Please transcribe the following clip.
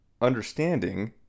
understanding